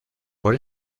por